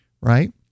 right